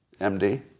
MD